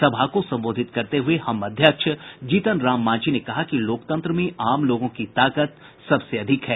सभा को संबोधित करते हुए हम अध्यक्ष जीतन राम मांझी ने कहा कि लोकतंत्र में आम लोगों की ताकत सबसे अधिक है